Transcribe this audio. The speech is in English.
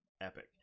Epic